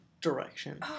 direction